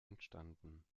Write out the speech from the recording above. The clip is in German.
entstanden